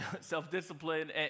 self-discipline